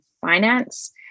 finance